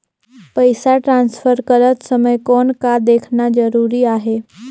पइसा ट्रांसफर करत समय कौन का देखना ज़रूरी आहे?